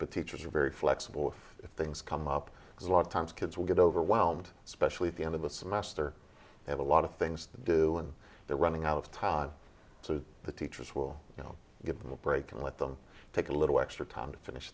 but teachers are very flexible things come up because a lot of times kids will get overwhelmed especially at the end of the semester have a lot of things to do and they're running out of time so the teachers will you know give them a break and let them take a little extra time to finish